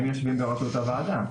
הם יושבים בראש אותה ועדה.